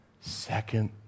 second